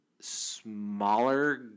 smaller